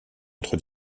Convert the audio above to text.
autre